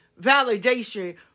validation